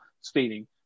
speeding